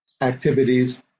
activities